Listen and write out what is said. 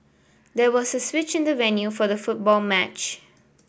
there was a switch in the venue for the football match